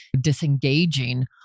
disengaging